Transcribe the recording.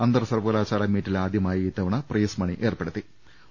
അന്തർ സർവകലാശാല മീറ്റിൽ ആദ്യമായി ഇത്തവണ പ്രൈസ് മണി ഏർപ്പെടുത്തിയിട്ടുണ്ട്